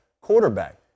quarterback